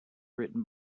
written